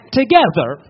together